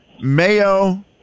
Mayo